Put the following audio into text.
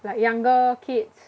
like younger kids